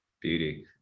beauty